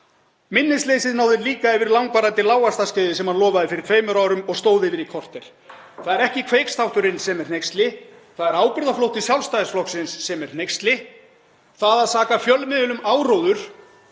Minnisleysið náði líka yfir langvarandi lágvaxtarskeiðið sem hann lofaði fyrir tveimur árum og stóð yfir í korter. Það er ekki Kveiksþátturinn sem er hneyksli, það er ábyrgðarflótti Sjálfstæðisflokksins sem er hneyksli. Það að saka fjölmiðil um áróður